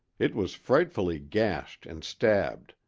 it was frightfully gashed and stabbed,